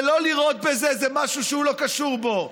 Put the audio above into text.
ולא לראות בזה איזה משהו שהוא לא קשור בו.